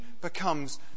becomes